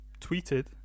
tweeted